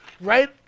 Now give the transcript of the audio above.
Right